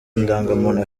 ndangamuntu